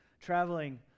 traveling